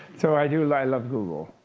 so i do i love google.